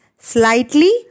slightly